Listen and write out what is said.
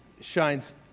shines